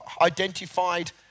identified